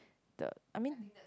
the I mean